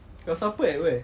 your supper at where